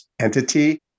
entity